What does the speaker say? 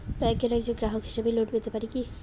ব্যাংকের একজন গ্রাহক হিসাবে লোন পেতে পারি কি?